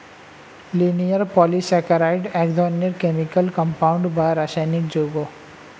linear polysaccharide এক ধরনের chemical compound বা রাসায়নিক যৌগ